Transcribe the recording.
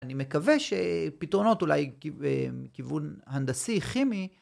אני מקווה שפתרונות אולי מכיוון הנדסי, כימי.